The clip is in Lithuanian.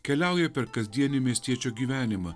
keliauja per kasdienį miestiečių gyvenimą